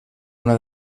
una